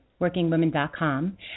WorkingWomen.com